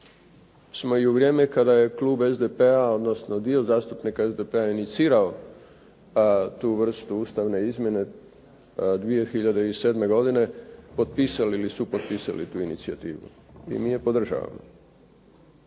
smo i u vrijeme klub SDP-a odnosno dio zastupnika SDP-a inicirao tu vrstu ustavne izmjene 2007. godine potpisali ili supotpisali tu inicijativu i mi je podržavamo.